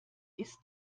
ist